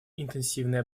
интенсивные